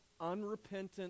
unrepentant